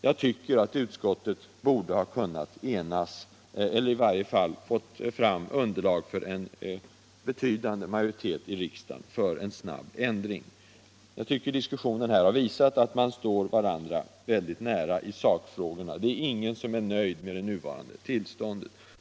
Jag tycker att utskottet borde ha kunnat enas — eller i varje fall få fram underlag för en betydande majoritet i riksdagen för en snabb ändring. Diskussionen här har enligt min mening visat att man står varandra nära i sakfrågorna. Det är ingen som är nöjd med det nuvarande tillståndet.